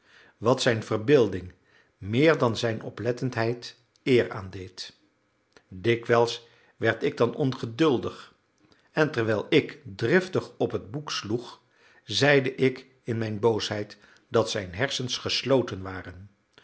wat zijn verbeelding meer dan zijn oplettendheid eer aandeed dikwijls werd ik dan ongeduldig en terwijl ik driftig op het boek sloeg zeide ik in mijn boosheid dat zijn hersens gesloten waren